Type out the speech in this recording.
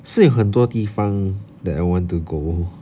是有很多地方 that I want to go